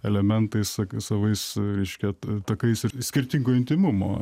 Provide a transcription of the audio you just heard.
elementais savais reiškia takais ir skirtingo intymumo